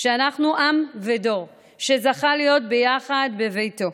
שאנחנו עם ודור שזכה להיות ביחד בביתו,